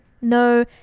no